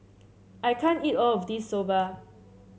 I can't eat all of this Soba